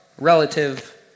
relative